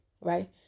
right